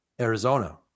Arizona